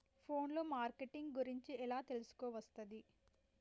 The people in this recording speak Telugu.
ఫోన్ లో మార్కెటింగ్ గురించి ఎలా తెలుసుకోవస్తది?